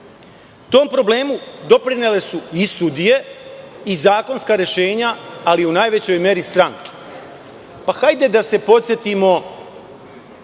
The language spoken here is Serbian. To problemu doprinele su i sudije i zakonska rešenja, ali u najvećoj meri stranke. Hajde da se podsetimo